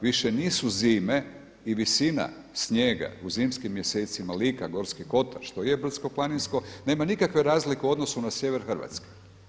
Više nisu zime i visina snijega u zimskim mjesecima Lika, Gorski kotar što je brdsko-planinsko nema nikakve razlike u odnosu na sjever Hrvatske.